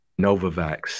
Novavax